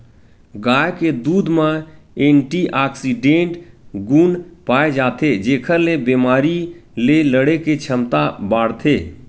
गाय के दूद म एंटीऑक्सीडेंट गुन पाए जाथे जेखर ले बेमारी ले लड़े के छमता बाड़थे